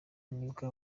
nibwo